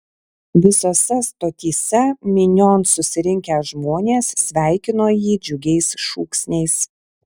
visose stotyse minion susirinkę žmonės sveikino jį džiugiais šūksniais